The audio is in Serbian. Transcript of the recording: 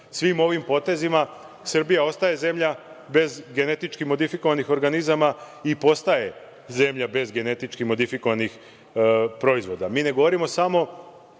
Svim ovim potezima Srbija ostaje zemlja bez genetički modifikovanih organizama i postaje zemlja bez genetički modifikovanih proizvoda. Ne govorimo samo